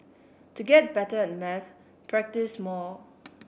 to get better at maths practise more